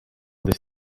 this